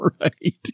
right